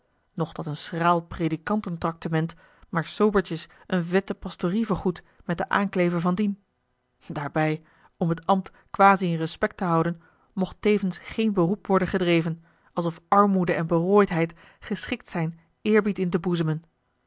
dat een schraal predikanten tractement maar sobertjes een vette pastorie vergoedt met den aankleve van dien daarbij om t ambt quasie in respect te houden mocht tevens geen beroep worden gedreven alsof armoede en berooidheid geschikt zijn eerbied in te boezemen